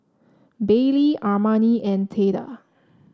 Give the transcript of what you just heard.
Baylie Armani and Theda